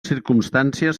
circumstàncies